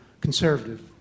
conservative